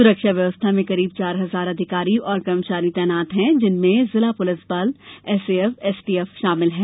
सुरक्षा व्यवस्था में करीब चार हजार अधिकारी और कर्मचारी तैनात हैं जिनमें जिला पुलिस बल एसएएफ एसटीएफ शामिल हैं